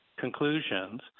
conclusions